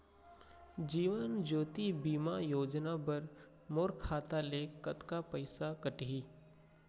जीवन ज्योति बीमा योजना बर मोर खाता ले कतका पइसा कटही?